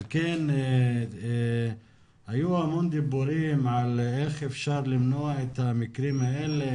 על כן היו המון דיבורים על איך אפשר למנוע את המקרים האלה